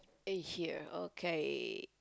eh here okay